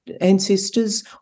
ancestors